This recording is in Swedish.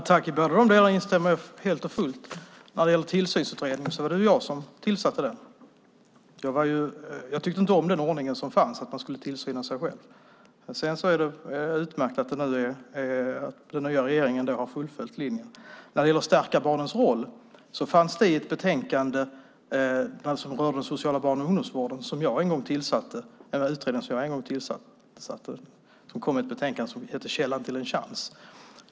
Fru talman! Jag instämmer helt och fullt. Det var jag som tillsatte Tillsynsutredningen. Jag tyckte inte om den ordning som var, att man skulle tillsyna sig själv. Det är utmärkt att den nya regeringen har fullföljt linjen. När det gäller att stärka barnens roll vill jag säga att jag en gång tillsatte en utredning om den sociala barn och ungdomsvården som kom med ett betänkande som hette Källan till en chans .